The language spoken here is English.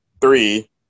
Three